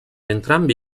entrambi